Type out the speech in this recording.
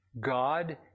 God